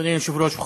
אדוני היושב-ראש,